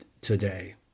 today